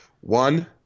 One